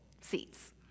seats